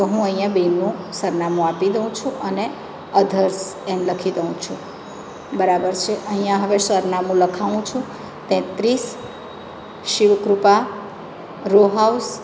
તો હું અહીંયાં બેનનું સરનામું આપી દઉં છું અને અધર્સ એમ લખી દઉં છું બરાબર છે અહીંયાં હવે સરનામું લખાવું છું તેત્રીસ શિવ કૃપા રો હાઉસ